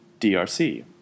DRC